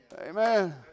Amen